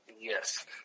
Yes